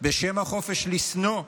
בשם החופש לשנוא,